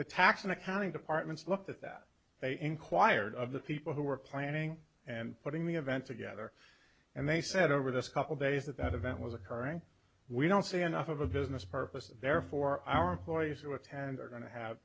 tax and accounting departments looked at that they inquired of the people who are planning and putting the event together and they said over this couple days that that event was occurring we don't see enough of a business purpose there for our employees who attend are going to have